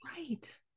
right